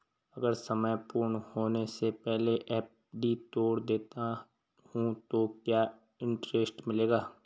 अगर समय पूर्ण होने से पहले एफ.डी तोड़ देता हूँ तो क्या इंट्रेस्ट मिलेगा?